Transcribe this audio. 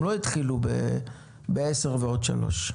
הם לא התחילו בעשר ועוד שלוש.